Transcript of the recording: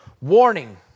warning